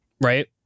right